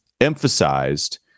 emphasized